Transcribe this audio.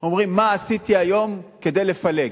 אומרים: מה עשיתי היום כדי לפלג?